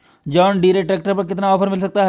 John Deere tractor पर कितना offer मिल सकता है?